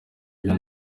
bya